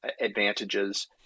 advantages